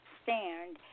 stand